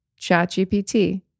ChatGPT